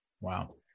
Wow